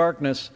darkness